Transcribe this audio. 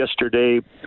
yesterday